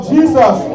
Jesus